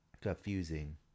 confusing